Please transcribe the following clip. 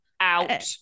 Out